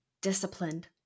Disciplined